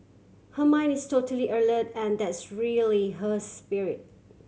her mind is totally alert and that's really her spirit